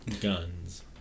Guns